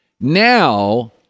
Now